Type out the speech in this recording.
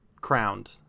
crowned